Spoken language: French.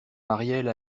marielle